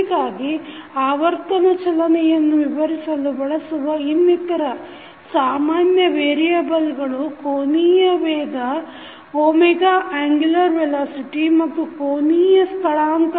ಹೀಗಾಗಿ ಆವರ್ತನ ಚಲನೆಯನ್ನು ವಿವರಿಸಲು ಬಳಸುವ ಇನ್ನಿತರ ಸಾಮಾನ್ಯ ವೇರಿಯೆಬಲ್ಗಳು ಕೋನೀಯ ವೇಗ angular velocity ಮತ್ತು ಕೋನೀಯ ಸ್ಥಳಾಂತರ